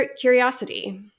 curiosity